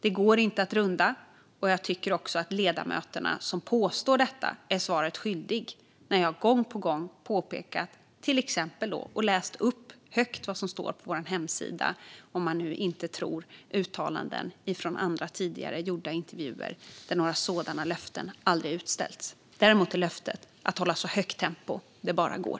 Det går inte att runda, och jag tycker också att ledamöterna som påstår detta är svaret skyldiga när jag gång på gång påpekat och läst upp högt vad som står på vår hemsida, om man nu inte tror på uttalanden från andra, tidigare gjorda intervjuer där några sådana löften aldrig har utställts. Däremot är löftet att hålla ett så högt tempo som det bara går.